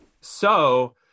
So-